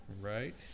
Right